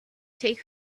take